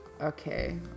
Okay